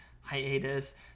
hiatus